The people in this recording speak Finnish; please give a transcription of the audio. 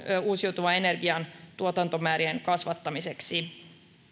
uusiutuvan energian tuotantomäärien kasvattamiseksi